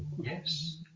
Yes